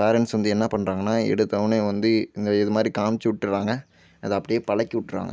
parents வந்து என்ன பண்ணுறாங்கனா எடுத்தவுடனே வந்து இந்த இதுமாதிரி காமிச்சு விட்டுர்றாங்க அதை அப்படியே பழக்கி விட்டுர்றாங்க